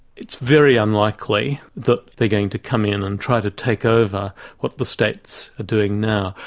it's very unlikely that they're going to come in and try to take over what the states are doing now.